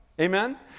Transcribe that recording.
Amen